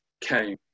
came